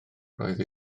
roedd